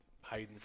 hiding